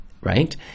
right